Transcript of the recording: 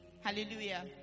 Hallelujah